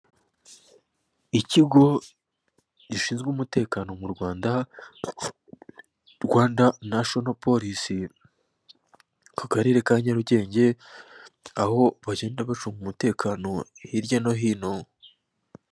Ikigo gishinzwe umutekano mu Rwanda, Rwanda nashino polisi ku karere ka nyarugenge, aho bagenda bacunga umutekano hirya no hino.